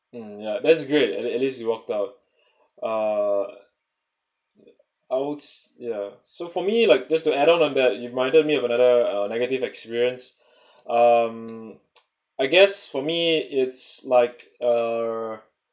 mm yeah that's good at at least you walked out uh I would s~ ya so for me like this to add on on that you've reminded me of another uh negative experience um I guess for me it's like err